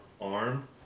arm